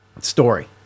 story